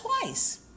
twice